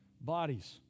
bodies